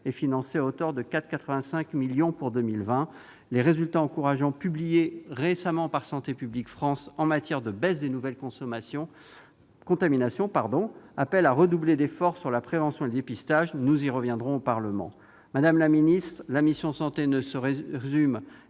financée à hauteur de 4,85 millions d'euros pour 2020. Les résultats encourageants publiés récemment par Santé publique France en matière de baisse des nouvelles contaminations appellent à redoubler d'efforts sur la prévention et le dépistage. Nous y reviendrons au Parlement. Madame la secrétaire d'État, la mission « Santé » ne résume